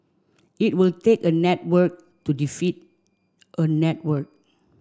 it will take a network to defeat a network